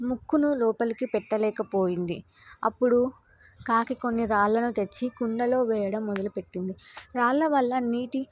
ముక్కును లోపలికి పెట్టలేకపోయింది అప్పుడు కాకి కొన్ని రాళ్ళలను తెచ్చి కుండలో వేయడం మొదలుపెట్టింది రాళ్ళ వల్ల నీటి